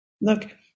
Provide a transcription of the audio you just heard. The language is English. Look